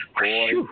Boy